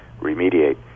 remediate